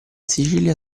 sicilia